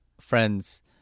friends